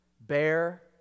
bear